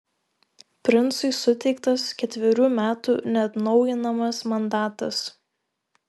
princui suteiktas ketverių metų neatnaujinamas mandatas